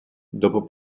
dopo